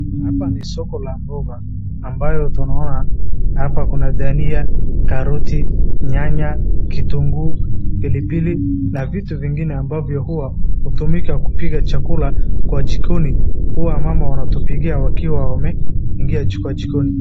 Hapa ni soko la mboga ambayo tunaona hapa kuna dania, karoti, nyanya, kitunguu, pilipili na vitu vingine ambavyo huwa hutumika kupika chakula kwa jikoni. Huwa mama wanatupikia wakiwa wameingia kwa jikoni.